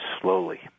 slowly